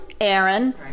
Aaron